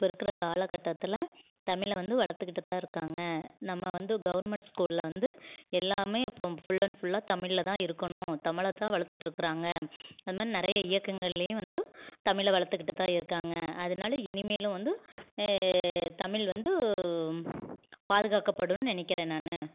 இப்போ இருக்கிற காலகட்டத்தில் தமிழை வந்து வளர்த்துக்கிட்டு தான் இருக்காங்க நம்ம வந்து கவர்மெண்ட் ஸ்கூலில் வந்து எல்லாமே இப்போது ஃபுல் அண்ட் ஃபுல்லாக தமிழில் தான் இருக்கணும் தமிழை தான் வளர்த்துட்ருக்குறாங்க அதுமாதிரி நிறைய இயக்கங்கள்லேயும் வந்து தமிழ வளர்த்துக்கிட்டு தான் இருக்காங்க அதனால் இனிமேலும் வந்து தமிழ் வந்து பாதுகாக்கப்படுன்னு நினைக்கிறேன் நான்